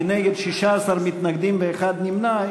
כנגד 16 מתנגדים ונמנע אחד,